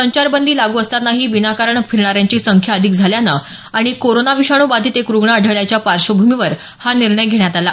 संचारबंदी लागू असतानाही विनाकारण फिरणाऱ्यांची संख्या अधिक झाल्यानं आणि कोरोना विषाणू बाधित एक रुग्ण आढळल्याच्या पार्श्वभूमीवर हा निर्णय घेण्यात आला